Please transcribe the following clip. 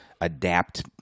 adapt